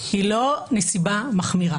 היא לא נסיבה מחמירה